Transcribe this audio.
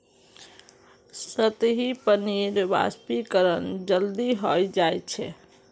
सतही पानीर वाष्पीकरण जल्दी हय जा छे